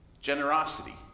Generosity